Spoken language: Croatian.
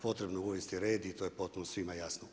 Potrebno je uvesti red i to je potpuno svima jasno.